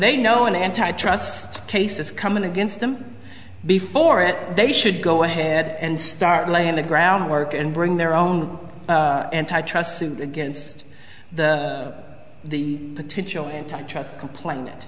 they know an antitrust case is coming against them before it they should go ahead and start laying the groundwork and bring their own antitrust suit against the potential antitrust complain